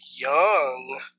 young